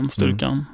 styrkan